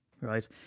right